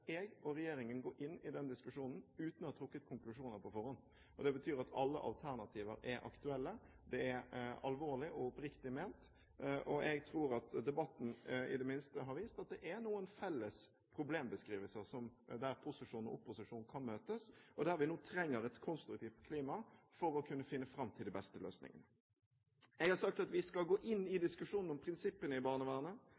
jeg og regjeringen går inn i den diskusjonen uten å ha trukket konklusjoner på forhånd. Det betyr at alle alternativer er aktuelle. Det er alvorlig og oppriktig ment, og jeg tror at debatten i det minste har vist at det er noen felles problembeskrivelser som posisjonen og opposisjonen kan møtes om, og der vi nå trenger et konstruktivt klima for å kunne finne fram til de beste løsningene. Jeg har sagt at vi skal gå inn i